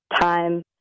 time